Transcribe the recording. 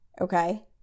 okay